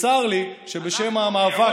וצר לי שבשם המאבק,